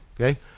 Okay